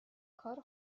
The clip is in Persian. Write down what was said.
کار